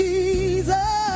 Jesus